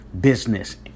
business